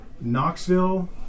Knoxville